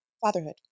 Fatherhood